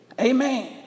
Amen